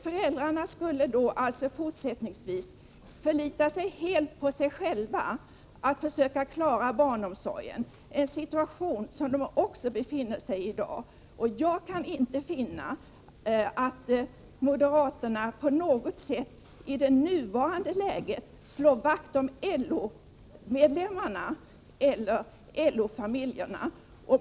Föräldrarna skulle i fortsättningen få förlita sig helt på sig själva när det gällde att klara barnomsorgen. Det är en situation som de också befinner sig i för närvarande. Jag kan inte finna att moderaterna i nuvarande läge på något sätt slår vakt om LO-medlemmarna eller LO-familjerna.